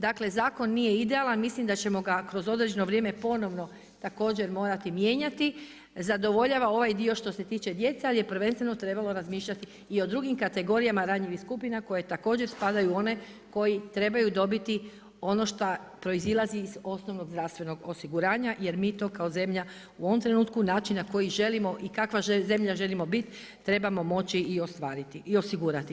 Dakle, zakon nije idealan, mislim da ćemo ga kroz određeno vrijeme ponovno također morati mijenjati, zadovoljava ovaj dio što se tiče djece, ali je prvenstveno trebalo razmišljati i o drugim kategorija ranjivih skupina u koje također spadaju one koji trebaju dobiti ono što proizlazi iz osnovnog zdravstvenog osiguranja, jer mi to kao zemlja u ovom trenutku, način na koji želimo i kakva zemlja želimo biti, trebamo moći i ostvariti i osigurati.